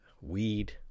weed